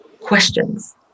Questions